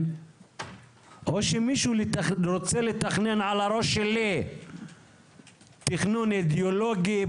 או שמישהו רוצה לתכנן על הראש שלי תכנון אידאולוגי,